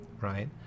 right